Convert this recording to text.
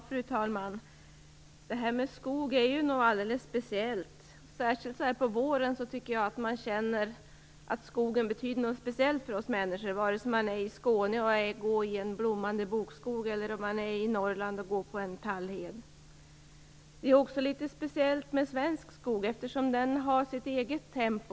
Fru talman! Detta med skog är något alldeles speciellt. Särskilt på våren känner man att skogen betyder något speciellt för oss människor. Så är det vare sig man går i en blommande bokskog i Skåne eller på en tallhed i Norrland. Det är också speciellt med svensk skog, eftersom den har sitt eget tempo.